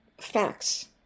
facts